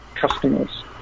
customers